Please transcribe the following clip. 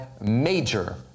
major